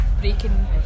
breaking